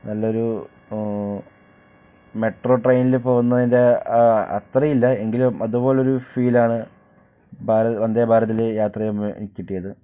നല്ലൊരു മെട്രോ ട്രെയിനിൽ പോകുന്നതിൻ്റെ അത്രയും ഇല്ല എങ്കിലും അതുപോലെ ഒരു ഫീൽ ആണ് ഭാരത് വന്ദേ ഭാരതതിൽ യാത്ര ചെയ്യുമ്പോൾ എനിക്ക് കിട്ടിയത്